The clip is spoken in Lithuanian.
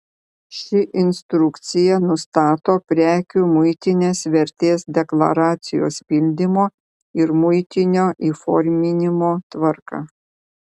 ši instrukcija nustato prekių muitinės vertės deklaracijos pildymo ir muitinio įforminimo tvarką